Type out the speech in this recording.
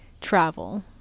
Travel